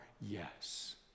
yes